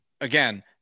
again